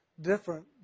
different